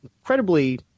incredibly